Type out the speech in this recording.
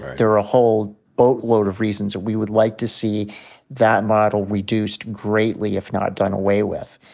there are a whole boat load of reasons that we would like to see that model reduced greatly if not done away with.